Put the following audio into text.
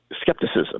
skepticism